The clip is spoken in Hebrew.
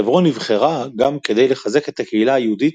חברון נבחרה גם כדי לחזק את הקהילה היהודית